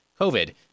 COVID